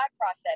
process